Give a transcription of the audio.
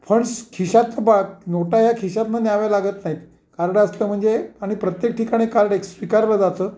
funds खिशातच बाग नोटा या खिशातनं न्याव्या लागत नाहीत कार्ड असलं म्हणजे आणि प्रत्येक ठिकाणी कार्ड स एक स्वीकारला जाचं